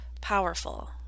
powerful